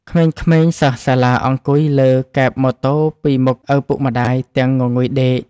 ក្មេងៗសិស្សសាលាអង្គុយលើកែបម៉ូតូពីមុខឪពុកម្ដាយទាំងងងុយដេក។